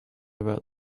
about